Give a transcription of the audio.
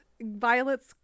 Violet's